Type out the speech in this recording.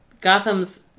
Gotham's